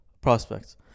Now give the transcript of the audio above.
prospects